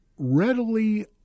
readily